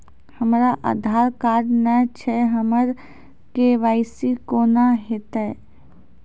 हमरा आधार कार्ड नई छै हमर के.वाई.सी कोना हैत?